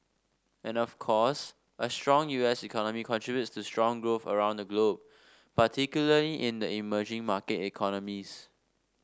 and of course a strong U S economy contributes to strong growth around the globe particularly in the emerging market economies